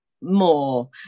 more